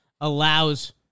allows